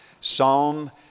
Psalm